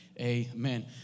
Amen